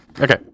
okay